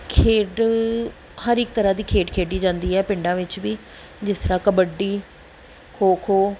ਖੇਡ ਹਰ ਇੱਕ ਤਰ੍ਹਾਂ ਦੀ ਖੇਡ ਖੇਡੀ ਜਾਂਦੀ ਹੈ ਪਿੰਡਾਂ ਵਿੱਚ ਵੀ ਜਿਸ ਤਰ੍ਹਾਂ ਕਬੱਡੀ ਖੋ ਖੋ